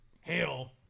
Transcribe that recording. hail